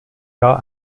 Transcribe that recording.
jahr